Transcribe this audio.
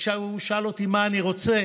כשהוא שאל אותי מה אני רוצה